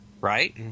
right